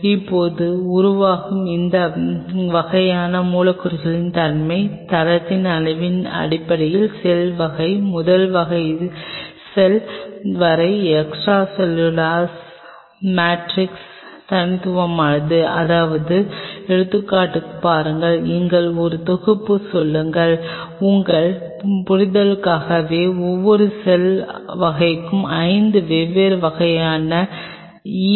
இப்போது உருவாகும் இந்த வகையான மூலக்கூறுகளின் தன்மை தரத்தின் அளவின் அடிப்படையில் செல் வகை முதல் செல் வகை வரை எக்ஸ்ட்ராசெல்லுலர் மேட்ரிக்ஸ் தனித்துவமானது அதாவது எடுத்துக்காட்டாகப் பாருங்கள் அங்கே ஒரு தொகுப்பு சொல்லுங்கள் உங்கள் புரிதலுக்காகவே ஒவ்வொரு செல் வகைக்கும் 5 வெவ்வேறு வகையான ஈ